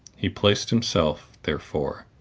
he placed himself, therefore,